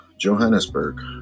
Johannesburg